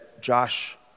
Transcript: Josh